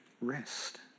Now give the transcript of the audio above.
rest